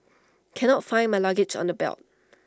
cannot find my luggage on the belt